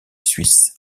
suisse